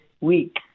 week